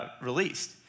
released